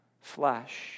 flesh